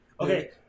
okay